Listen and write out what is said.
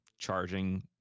Charging